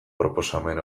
proposamen